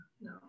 no